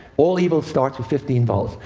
all evil starts with fifteen volts.